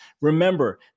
Remember